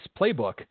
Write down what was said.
playbook